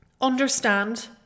understand